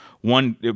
one